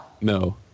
No